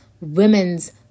women's